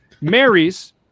marries